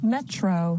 Metro